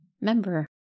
member